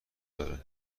داره